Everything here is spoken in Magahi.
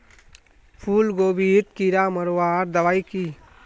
फूलगोभीत कीड़ा मारवार दबाई की?